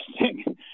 interesting